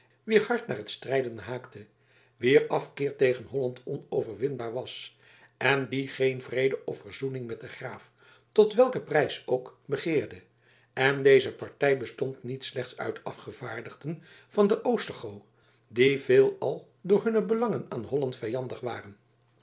wier hart naar het strijden haakte wier afkeer tegen holland onoverwinbaar was en die geen vrede of verzoening met den graaf tot welken prijs ook begeerde en deze partij bestond niet slechts uit afgevaardigden van oostergoo die veelal door hunne belangen aan holland vijandig waren